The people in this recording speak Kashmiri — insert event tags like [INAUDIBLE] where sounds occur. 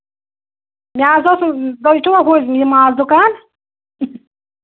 مےٚ حظ اوس ہُہ تۄہہِ چھُوا ہُہ یہِ ماز دُکان [UNINTELLIGIBLE]